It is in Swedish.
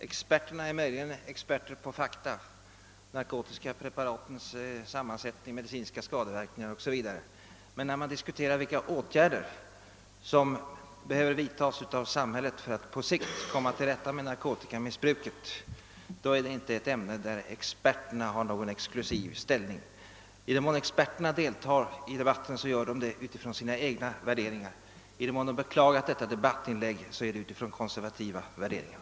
Experterna är möjligen experter på fakta såsom de narkotiska preparatens sammansättning och medicinska skadeverkningar, men när man diskuterar vilka åtgärder som behöver vidtagas av samhället för att på sikt komma till rätta med narkotikamissbruket, är det ett ämne där experterna inte har någon exklusiv ställning. I den mån experterna deltar i debatten gör de det utifrån sina egna värderingar. I den mån de har beklagat ABF:s debattinlägg, har det skett utifrån konservativa värderingar.